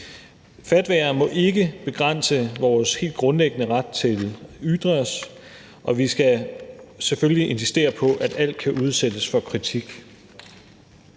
Fatwaer må ikke begrænse vores helt grundlæggende ret til at ytre os, og vi skal selvfølgelig insistere på, at alt kan udsættes for kritik.